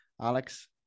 Alex